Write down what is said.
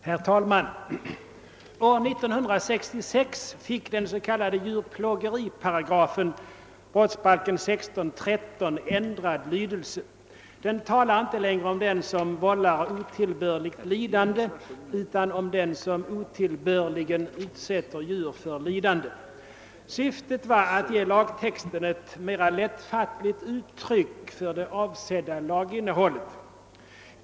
Herr talman! År 1966 fick den s.k. djurplågeriparagrafen, 16 kap. 13 § brottsbalken, ändrad lydelse. Där talas inte längre om den som vållar otillbörligt lidande utan om den som otillbörligen utsätter djur för lidande. Syftet var att låta lagtexten ge ett mera lättfattligt uttryck för det avsedda laginnehållet.